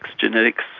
genetics,